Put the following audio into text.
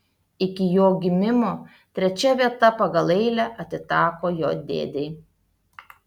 iki jo gimimo trečia vieta pagal eilę atiteko jo dėdei